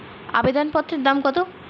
আবেদন পত্রের দাম কত?